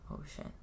Ocean